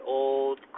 old